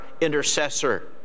intercessor